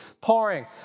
pouring